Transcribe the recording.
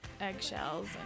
eggshells